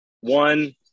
one